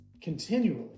continually